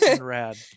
rad